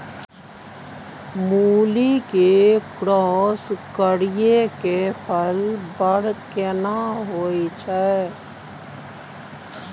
मूली के क्रॉस करिये के फल बर केना होय छै?